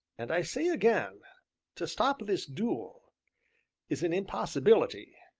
and i say again to stop this duel is an impossibility.